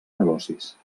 negocis